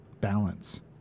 balance